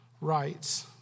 rights